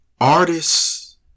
Artists